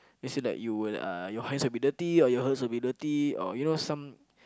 you say like you will your hands will be dirty hers will be you know some